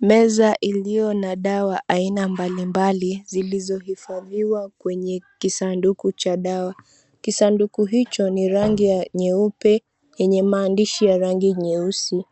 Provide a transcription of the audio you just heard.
Meza iliyo na dawa aina mbalimbali zilizohifadhiwa kwenye kisanduku cha dawa. Kisanduku hicho ni rangi ya nyeupe yenye maandishi ya rangi nyeusi